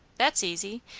that's easy.